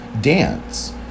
dance